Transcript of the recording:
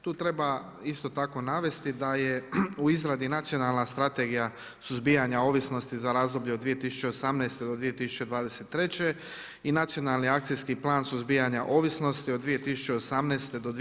Tu treba isto tako navesti da je u izradi nacionalna strategija suzbijanja ovisnosti za razdoblje od 2018. do 2023. i nacionalni akcijski plan suzbijanja ovisnosti od 2018. do 2020.